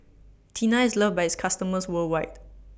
Tena IS loved By its customers worldwide